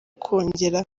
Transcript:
kongera